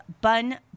Bun